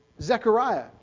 Zechariah